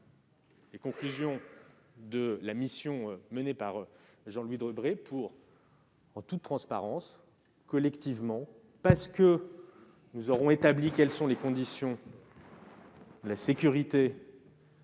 les conclusions de la mission menée par Jean-Louis Debré pour pouvoir, en toute transparence, collectivement, parce que nous aurons établi les conditions de sécurité